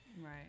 Right